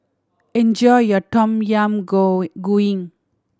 enjoy your Tom Yam Goong